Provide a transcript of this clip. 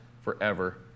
forever